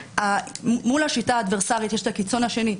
מול השיטה האדוורסרית יש הקיצון השני,